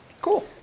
cool